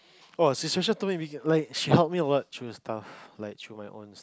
!wah! told me we get like she helped me a lot through stuffs like through my own